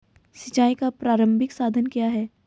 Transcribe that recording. सिंचाई का प्रारंभिक साधन क्या है?